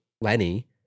Lenny